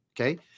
okay